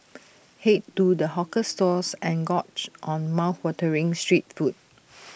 Head to the hawker stalls and gorge on mouthwatering street food